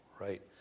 right